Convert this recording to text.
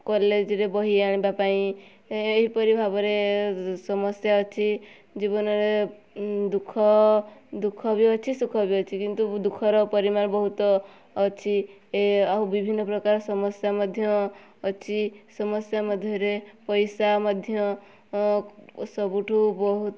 କଲେଜ୍ରେ ବହି ଆଣିବା ପାଇଁ ଏହିପରି ଭାବରେ ସମସ୍ୟା ଅଛି ଜୀବନରେ ଦୁଃଖ ଦୁଃଖ ବି ଅଛି ସୁଖ ବି ଅଛି କିନ୍ତୁ ଦୁଃଖର ପରିମାଣ ବହୁତ ଅଛି ଏ ଆଉ ବିଭିନ୍ନ ପ୍ରକାର ସମସ୍ୟା ମଧ୍ୟ ଅଛି ସମସ୍ୟା ମଧ୍ୟରେ ପଇସା ମଧ୍ୟ ସବୁଠୁ ବହୁତ